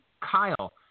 Kyle